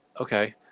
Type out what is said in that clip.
Okay